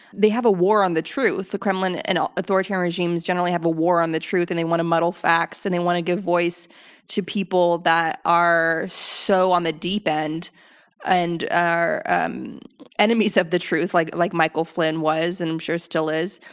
they have a war on the truth. the kremlin and authoritarian regimes generally have a war on the truth, and they want to muddle facts, and they want to give voice to people that are so on the deep end and are um enemies of the truth, like like michael flynn was and i'm sure still is.